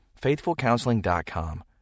FaithfulCounseling.com